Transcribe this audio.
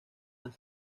las